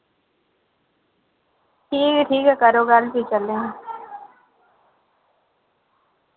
ठीक ऐ ठीक ऐ करो गल्ल फ्ही चलने आं